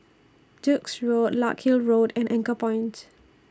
Duke's Road Larkhill Road and Anchorpoint